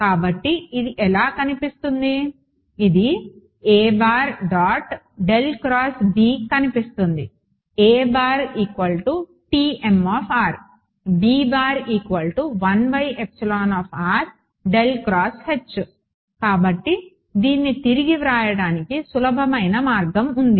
కాబట్టి ఇది ఎలా కనిపిస్తుంది ఇది కనిపిస్తుంది కాబట్టి దీన్ని తిరిగి వ్రాయడానికి సులభమైన మార్గం ఉంది